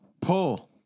Pull